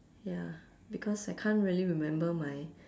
ya because I can't really remember my